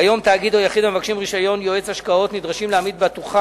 כיום תאגיד או יחיד המבקשים רשיון יועץ השקעות נדרשים להעמיד בטוחה